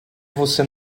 você